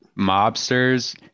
mobsters